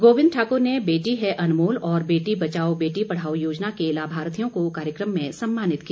गोविंद ठाक्र ने बेटी है अनमोल और बेटी बचाओ बेटी पढ़ाओ योजना के लाभार्थियों को कार्यक्रम में सम्मानित किया